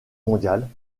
mondiale